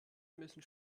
müssen